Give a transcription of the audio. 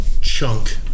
chunk